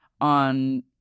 on